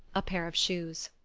a pair of shoes.